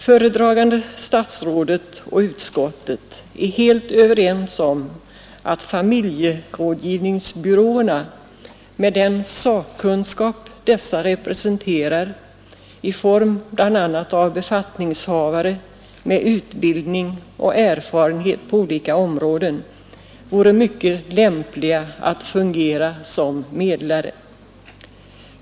Föredragande statsrådet och utskottet är helt överens om att familjerådgivningsbyråerna, med den sakkunskap dessa representerar bl.a. i form av befattningshavare med utbildning och erfarenhet på olika områden, vore mycket lämpliga att fungera som medlare.